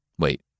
Wait